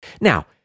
Now